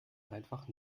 einfach